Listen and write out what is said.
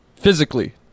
Physically